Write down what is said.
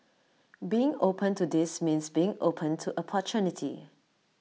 being open to this means being open to opportunity